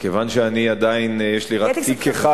- כיוון שעדיין יש לי רק תיק אחד,